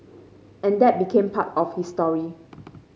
and that became part of his story